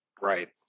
Right